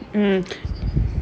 mmhmm